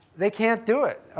they can't do it,